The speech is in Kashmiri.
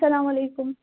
اَسلام علیکُم